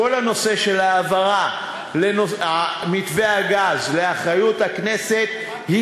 כל העניין של העברת מתווה הגז לאחריות הכנסת הוא